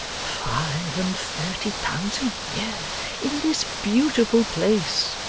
five-and-thirty pounds a-year in this beautiful place